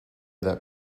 that